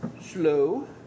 slow